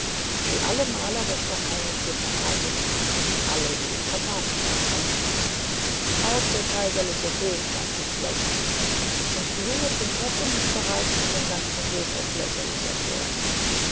weil alle maler das geheimnis hier verbreitet haben alle die in katata waren auch der kaiserliche hof weiß es längst und die junge prinzessin ist bereits von dem ganzen hof als lächerlich erklärt